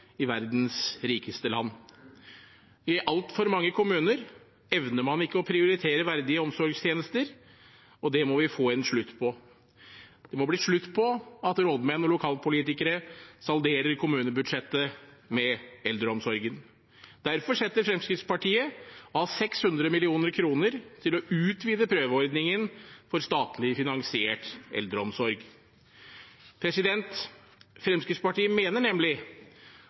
i verdens rikeste land. I altfor mange kommuner evner man ikke å prioritere verdige omsorgstjenester, og det må vi få en slutt på. Det må bli slutt på at rådmenn og lokalpolitikere salderer kommunebudsjettet med eldreomsorgen. Derfor setter Fremskrittspartiet av 600 mill. kr til å utvide prøveordningen for statlig finansiert eldreomsorg. Fremskrittspartiet mener nemlig